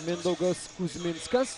mindaugas kuzminskas